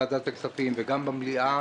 בוועדת הכספים וגם במליאה,